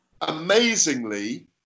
amazingly